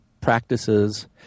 practices